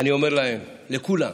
אני אומר להם, לכולם.